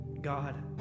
God